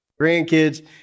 grandkids